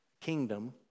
kingdom